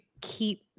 keep